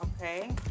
okay